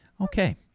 Okay